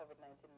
COVID-19